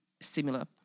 similar